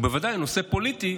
הוא בוודאי נושא פוליטי,